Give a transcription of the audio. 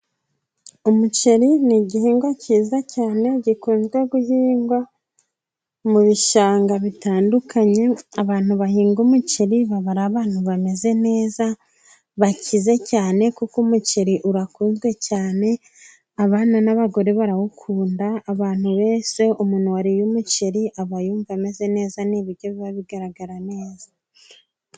umuceri ni igihingwa cyiza cyane gikunzwe guhingwa mu bishanga bitandukanye. Abantu bahinga umuceri, babara abantu bameze neza bakize cyane, kuko umuceri urakunzwe cyane, abana n'abagore barawukunda, abantu wese umuntu wariye umuceri, aba yumva ameze neza. Ni ibiryo biba bigaragara neza.